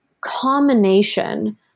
combination